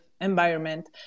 environment